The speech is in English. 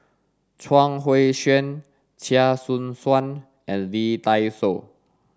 Chuang Hui Tsuan Chia Choo Suan and Lee Dai Soh